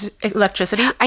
electricity